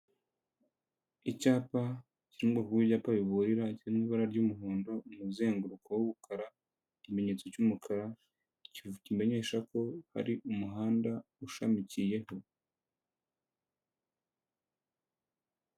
Icyapa kiri bwoko bw'ibyapa biburira cyiri mu ibara ry'umuhondo umuzenguruko w'umukara ikimenyetso cy'umukara kimenyesha ko hari umuhanda ushamikiyeho.